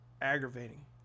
aggravating